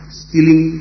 stealing